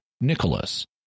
Nicholas